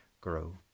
grow